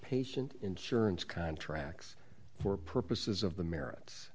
patient insurance contracts for purposes of the merits